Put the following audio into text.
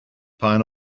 pan